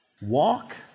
Walk